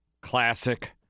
Classic